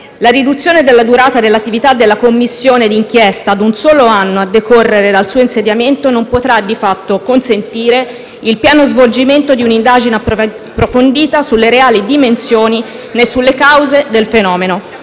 La riduzione della durata dell'attività della Commissione di inchiesta a un solo anno, a decorrere dal suo insediamento, non potrà di fatto consentire il pieno svolgimento di un'indagine approfondita sulle reali dimensioni né sulle cause del fenomeno,